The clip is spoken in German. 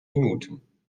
minuten